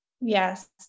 Yes